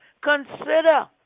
consider